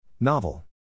Novel